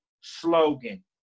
slogan